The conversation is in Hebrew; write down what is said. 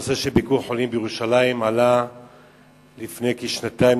הנושא של "ביקור חולים" בירושלים עלה לדיון לפני כשנתיים,